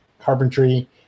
carpentry